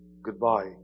goodbye